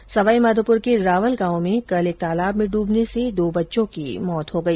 उधर सवाईमाघोपुर के रावल गांव में कल एक तालाब में डूबने से दो बच्चों की मौत हो गई